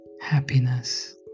happiness